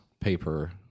paper